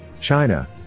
China